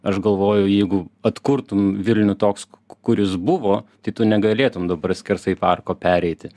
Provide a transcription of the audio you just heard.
aš galvoju jeigu atkurtum vilnių toks kuris buvo tai tu negalėtum dabar skersai parko pereiti